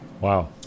Wow